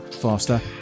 faster